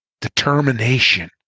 Determination